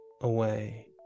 away